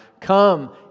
come